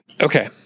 Okay